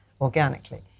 organically